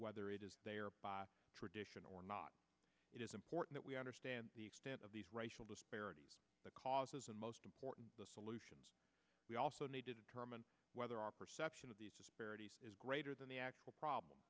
whether it is tradition or not it is important we understand the extent of these racial disparities the causes and most important the solutions we also need to determine whether our perception of these disparities is greater than the actual problem